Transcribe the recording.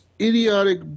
idiotic